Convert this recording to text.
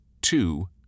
two